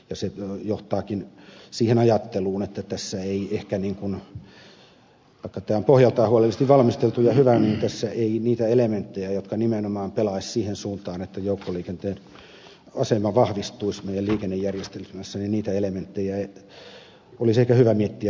se johtaakin siihen ajatteluun että tässä ehkä vaikka tämä on pohjaltaan huolellisesti valmisteltu ja hyvä niitä elementtejä jotka nimenomaan pelaisivat siihen suuntaan että joukkoliikenteen asema vahvistuisi meidän liikennejärjestelmässämme olisi hyvä miettiä vielä lisää